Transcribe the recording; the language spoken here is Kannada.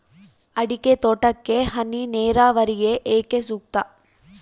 ಅಡಿಕೆ ತೋಟಕ್ಕೆ ಹನಿ ನೇರಾವರಿಯೇ ಏಕೆ ಸೂಕ್ತ?